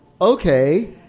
okay